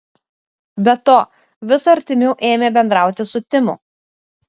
be to vis artimiau ėmė bendrauti su timu